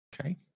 Okay